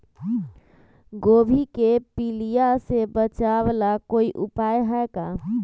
गोभी के पीलिया से बचाव ला कोई उपाय है का?